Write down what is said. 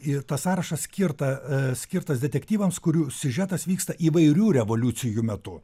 ir tas sąrašas skirta ė skirtas detektyvams kurių siužetas vyksta įvairių revoliucijų metu